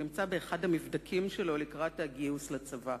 נמצא באחד המבדקים שלו לקראת הגיוס לצבא.